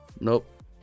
Nope